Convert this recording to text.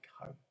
home